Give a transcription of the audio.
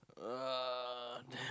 uh damn